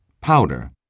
powder